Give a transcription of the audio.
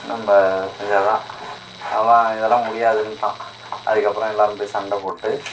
நம்ம செஞ்சால் தான் அதுதான் ஆனால் இதெலாம் முடியாதுனுட்டான் அதுக்கப்றம் எல்லாரும் போய் சண்டை போட்டு